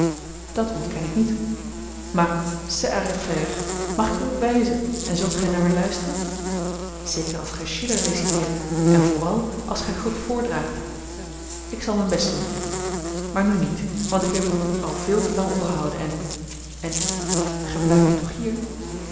dat ontken ik niet maar c'est à refaire mag ik er u op wijzen en zult gij naar mij luisteren zeker als gij schiller reciteert en vooral als gij goed voordraagt ik zal mijn best doen maar nu niet want ik heb u al veel te lang opgehouden en en gij blijft nu toch hier